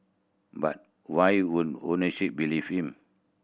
but why wouldn't owners believe him